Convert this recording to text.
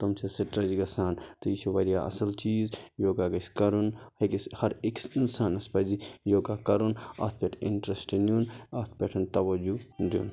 تِم چھِ سِٹریٚچ گَژھان تہٕ یہِ چھُ واریاہ اَصٕل چیٖز یوٚگا گَژھِ کَرُن أکِس ہر أکِس اِنسانَس پَزِ یوگا کَرُن اَتھ پٮ۪ٹھ اِنٹریٚسٹ نِیُن اَتھ پیٚٹھ تَوَجہ دیُن